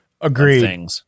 Agreed